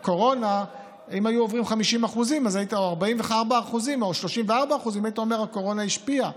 אם היו עוברים 50% או 44% או 34% היית אומר שהקורונה השפיעה,